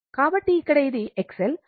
కాబట్టి ఇక్కడ ఇది XL